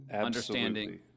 understanding